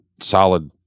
solid